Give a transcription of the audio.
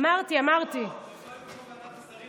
תודה לוועדת השרים,